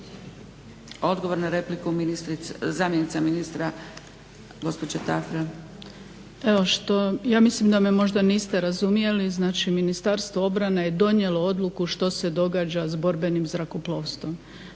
Odgovor na repliku, zamjenica ministra gospođa Tafra. **Tafra, Višnja** Ja mislim da me možda niste razumjeli, znači Ministarstvo obrane je donijelo odluku što se događa s borbenim zrakoplovstvom.